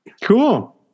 Cool